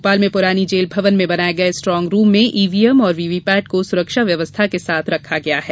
भोपाल में पुरानी जेल भवन में बनाए गए स्ट्रांगरूम में ईवीएम और वीवीपेट को सुरक्षा व्यवस्था के साथ रखा गया है